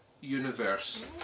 universe